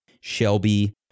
Shelby